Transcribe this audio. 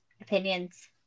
opinions